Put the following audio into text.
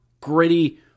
gritty